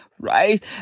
Right